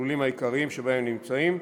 שהן המסלולים העיקריים שבהם הם נמצאים,